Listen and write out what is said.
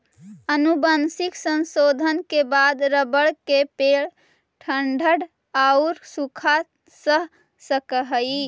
आनुवंशिक संशोधन के बाद रबर के पेड़ ठण्ढ औउर सूखा सह सकऽ हई